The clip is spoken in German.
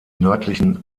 nördlichen